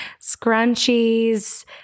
scrunchies